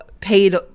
paid